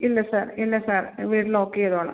ഇല്ല സാർ ഇല്ല സാർ വീട് ലോക്ക് ചെയ്തോളാം